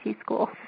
school